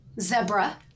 zebra